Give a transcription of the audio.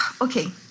Okay